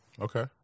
okay